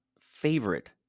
favorite